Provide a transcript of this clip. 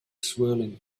swirling